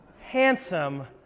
handsome